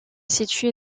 situé